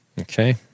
Okay